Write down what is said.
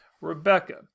rebecca